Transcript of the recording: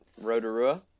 Rotorua